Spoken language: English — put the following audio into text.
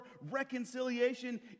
reconciliation